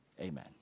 Amen